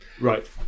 Right